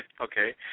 Okay